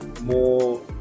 more